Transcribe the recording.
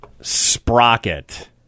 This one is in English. Sprocket